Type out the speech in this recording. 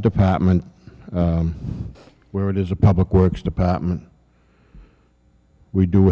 department where it is a public works department we do